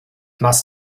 must